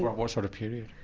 what sort of period?